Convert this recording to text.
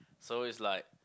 so it's like